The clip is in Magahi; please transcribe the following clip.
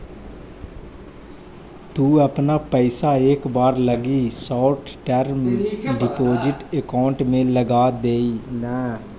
तु अपना पइसा एक बार लगी शॉर्ट टर्म डिपॉजिट अकाउंट में लगाऽ दे